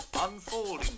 unfolding